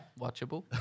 watchable